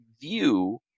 view